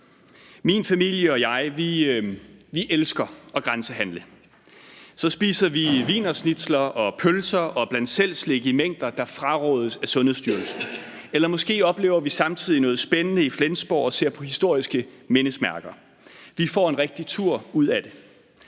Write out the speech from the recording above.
Min familie og jeg elsker at grænsehandle. Så spiser vi wienerschnitzler og pølser og bland selv-slik i mængder, der frarådes af Sundhedsstyrelsen. Eller måske oplever vi samtidig noget spændende i Flensborg og ser på historiske mindesmærker. Vi får en rigtig tur ud af det.